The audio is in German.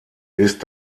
ist